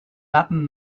latin